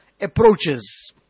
approaches